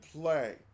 play